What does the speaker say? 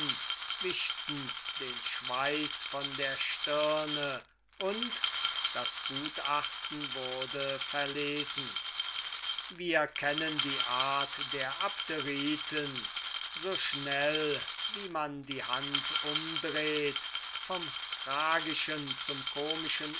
den schweiß von der stirne und das gutachten wurde verlesen wir kennen die art der abderiten so schnell wie man die hand umdreht vom tragischen zum komischen